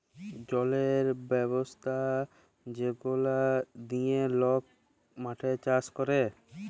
জলের ব্যবস্থা যেগলা দিঁয়ে লক মাঠে চাষ ক্যরে